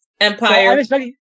Empire